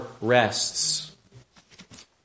rests